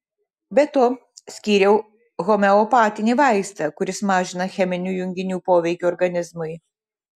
be to skyriau homeopatinį vaistą kuris mažina cheminių junginių poveikį organizmui